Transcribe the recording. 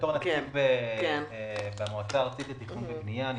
בתור נציג במועצה הארצית לתכנון ובנייה אני